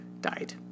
died